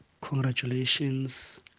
Congratulations